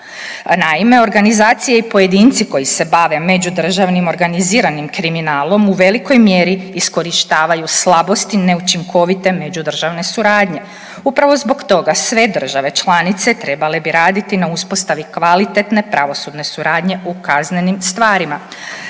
Naime, organizacije i pojedinci koji se bave međudržavnim organiziranim kriminalom, u velikoj mjeri iskorištavaju slabosti neučinkovite međudržavne suradnje. Upravo zbog toga sve države članice trebale bi raditi na uspostavi kvalitetne pravosudne suradnje u kaznenim stvarima.